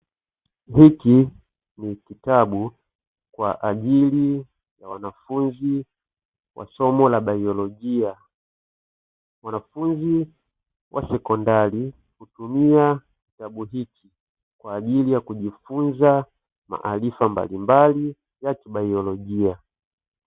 Hiki ni kitabu kwa ajili ya wanafunzi wa somo la baiolojia, wanafunzi wa sekondari hutumia kitabu hiki kwa ajili ya kujifunza maarifa mbalimbali kibaiolojia.